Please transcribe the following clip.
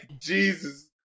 Jesus